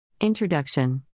Introduction